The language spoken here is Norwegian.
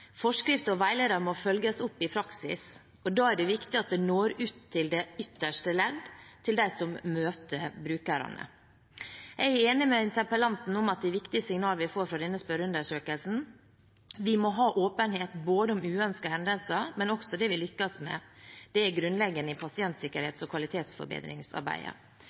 forskrifter og veiledere må følges opp i praksis, og da er det viktig at det når ut til det ytterste leddet, de som møter brukerne. Jeg er enig med interpellanten i at vi får viktige signaler fra denne spørreundersøkelsen. Vi må ha åpenhet om både uønskede hendelser og det vi lykkes med. Det er grunnleggende i pasientsikkerhets- og kvalitetsforbedringsarbeidet.